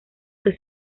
que